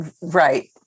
Right